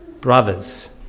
brothers